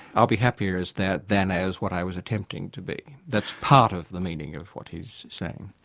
i'll be happier as that than as what i was attempting to be. that's part of the meaning of what he's saying.